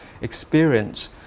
experience